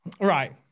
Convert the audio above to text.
Right